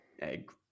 egg